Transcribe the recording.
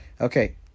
Okay